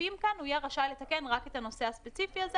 בסעיפים כאן הוא יהיה רשאי לתקן רק את הנושא הספציפי הזה